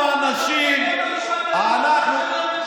הציבור נותן יותר אמון בחברי בית המשפט העליון מאשר בממשלה.